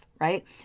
right